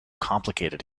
complicated